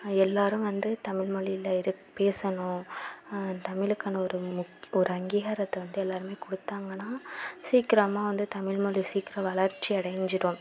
எல்லாரும் வந்து தமிழ் மொழியில இரு பேசணும் தமிழுக்கான முக் ஒரு அங்கீகாரத்தை வந்து எல்லாருமே கொடுத்தாங்கனா சீக்கிரமாக வந்து தமிழ் மொழி சீக்கிரம் வளர்ச்சி அடைஞ்சிவிடும்